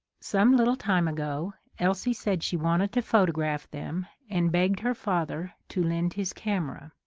some little time ago, elsie said she wanted to photograph them, and begged her father to lend his camera.